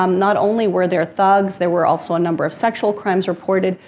um not only were there thugs, there were also a number of sexual crimes reported.